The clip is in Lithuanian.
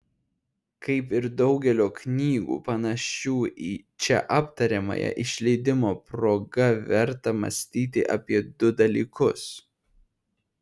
kaip ir daugelio knygų panašių į čia aptariamąją išleidimo proga verta mąstyti apie du dalykus